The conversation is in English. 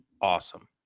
awesome